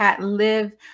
live